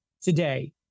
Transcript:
today